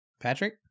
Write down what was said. Patrick